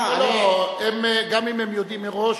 גם אם הם יודעים מראש,